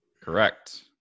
Correct